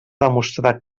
demostrar